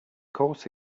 course